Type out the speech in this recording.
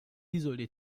isolé